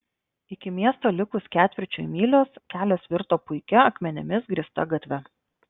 iki miesto likus ketvirčiui mylios kelias virto puikia akmenimis grįsta gatve